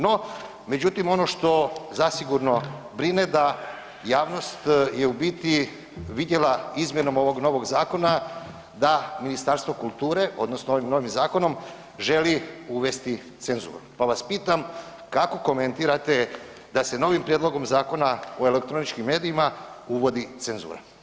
No, međutim ono što zasigurno brine da je javnost u biti vidjela izmjenom ovog novog zakona da Ministarstvo kulture ovim novim zakonom želi uvesti cenzuru, pa vas pitam kako komentirate da se novim prijedlogom Zakona o elektroničkim medijima uvodi cenzura?